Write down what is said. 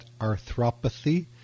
arthropathy